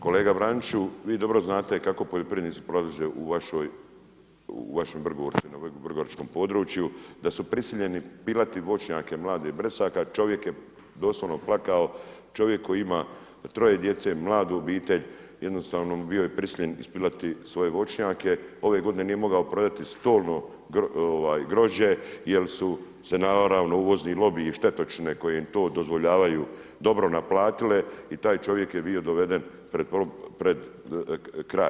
Kolega Praniću, vi dobro znate kako poljoprivrednici prolaze u vašem Vrgorcu i na Vrgoračkom području, da su prisiljeni pilati voćnjake mladih bresaka, čovjek je doslovno plakao, čovjek koji ima troje djece, mladu obitelj, jednostavno bio je prisiljen ispilati svoje voćnjake, ove godine nije mogao prodati stolno grožđe jer su se naravno, uvozni lobiji i štetočine koje im to dozvoljavaju, dobro naplatile i taj čovjek je bio doveden pred kraj.